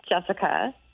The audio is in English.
Jessica